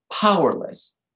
powerless